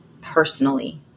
personally